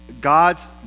God's